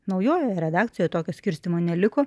naujojoje redakcijoje tokio skirstymo neliko